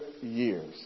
years